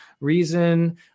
reason